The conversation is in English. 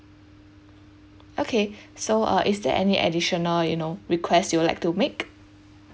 okay so uh is there any additional you know request you would like to make